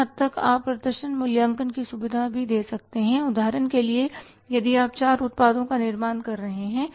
कुछ हद तक आप प्रदर्शन मूल्यांकन की सुविधा भी दे सकते हैं उदाहरण के लिए यदि आप चार उत्पादों का निर्माण कर रहे हैं